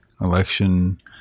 election